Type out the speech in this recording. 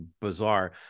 bizarre